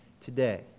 today